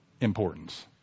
importance